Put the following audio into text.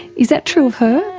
is that true of her?